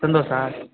Santosha